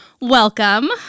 welcome